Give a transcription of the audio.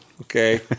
Okay